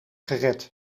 gered